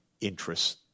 interests